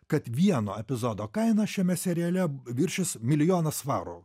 kad vieno epizodo kaina šiame seriale viršys milijoną svarų